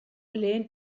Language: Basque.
lehen